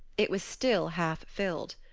it was still half filled.